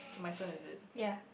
my turn is it